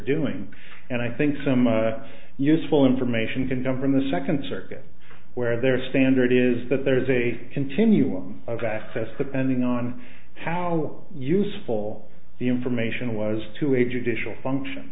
doing and i think some useful information can come from the second circuit where their standard is that there is a continuum of access to pending on how useful the information was to a judicial function